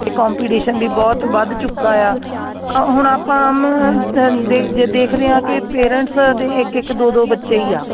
ਅਤੇ ਕੋਪੀਟੀਸ਼ਨ ਵੀ ਬਹੁਤ ਵੱਧ ਚੁੱਕਾ ਆ ਤਾਂ ਹੁਣ ਆਪਾਂ ਆਮ ਦੇਖਦੇ ਹਾਂ ਦੇਖਦੇ ਹਾਂ ਕਿ ਪੇਰੈਂਟਸ ਦੇ ਇੱਕ ਇੱਕ ਦੋ ਦੋ ਬੱਚੇ ਹੀ ਆ